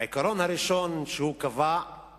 העיקרון הראשון שהוא קבע הוא